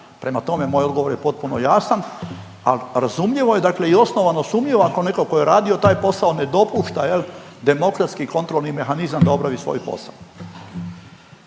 Prema tome moj odgovor je potpuno jasan al razumljivo je dakle i osnovano sumnjivo ako netko tko je radio taj posao ne dopušta jel demokratskim, kontrolni mehanizam da obavi svoj posao.